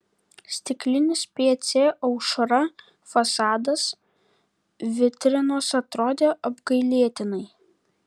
stiklinis pc aušra fasadas vitrinos atrodė apgailėtinai